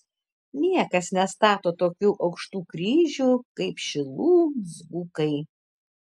niekas nestato tokių aukštų kryžių kaip šilų dzūkai